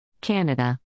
Canada